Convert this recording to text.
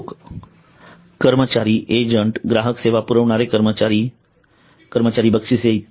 लोक कर्मचारी एजंट ग्राहक सेवा पुरविणारे कर्मचारी बक्षिसे इ